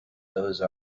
those